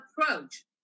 approach